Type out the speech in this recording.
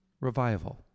revival